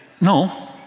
No